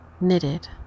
knitted